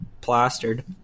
plastered